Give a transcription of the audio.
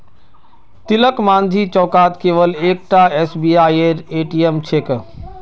तिलकमाझी चौकत केवल एकता एसबीआईर ए.टी.एम छेक